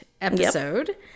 episode